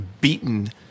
beaten